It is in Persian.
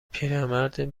پیرمرد